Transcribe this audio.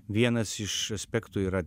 vienas iš aspektų yra